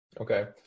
Okay